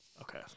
Okay